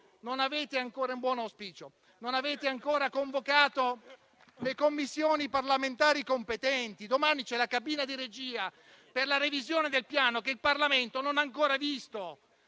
oggi il collega Alfieri, voi non avete ancora convocato le Commissioni parlamentari competenti. Domani c'è la cabina di regia per la revisione del Piano che il Parlamento non ha ancora visto.